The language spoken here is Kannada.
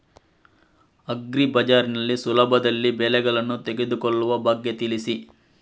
ಅಗ್ರಿ ಬಜಾರ್ ನಲ್ಲಿ ಸುಲಭದಲ್ಲಿ ಬೆಳೆಗಳನ್ನು ತೆಗೆದುಕೊಳ್ಳುವ ಬಗ್ಗೆ ತಿಳಿಸಿ